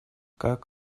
как